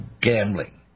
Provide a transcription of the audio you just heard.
gambling